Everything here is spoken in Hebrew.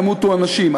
ימותו אנשים.